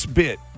bit